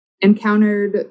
encountered